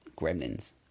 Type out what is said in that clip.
Gremlins